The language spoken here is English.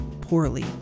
poorly